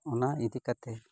ᱚᱱᱟ ᱤᱫᱤ ᱠᱟᱛᱮ